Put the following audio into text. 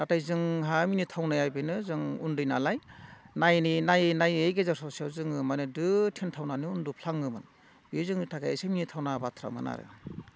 नाथाय जोंहा मिनिथावनाया बेनो जों उन्दैनालाय नायनि नायै नायै गेजेर ससेयाव जोङो माने दो थेनथावनानै उन्दुफ्लाङोमोन बे जोंनि थाखाय एसे मिनिथावना बाथ्रामोन आरो